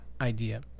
idea